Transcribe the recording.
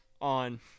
on